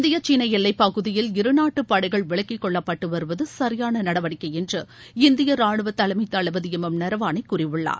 India சீனா எல்லைப் பகுதியில் இருநாட்டு படைகள் விலக்கிக்கொள்ளப்பட்டு வருவது சரியான நடவடிக்கை என்று இந்திய ராணுவ தலைமைத் தளபதி எம் எம் நரவானே கூறியுள்ளார்